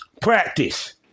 practice